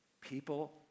people